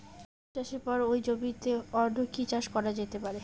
রসুন চাষের পরে ওই জমিতে অন্য কি চাষ করা যেতে পারে?